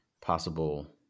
possible